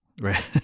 right